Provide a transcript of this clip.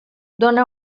dóna